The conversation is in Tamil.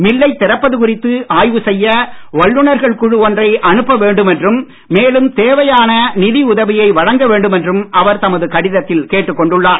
மில்லை திறப்பது குறித்து ஆய்வு செய்ய வல்லுனர்கள் குழு ஒன்றை அனுப்ப வேண்டும் என்றும் மேலும் தேவையான நிதி உதவியை வழங்க வேண்டும் என்றும் அவர் தமது கடிதத்தில் கேட்டுக் கொண்டுள்ளார்